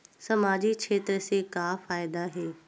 सामजिक क्षेत्र से का फ़ायदा हे?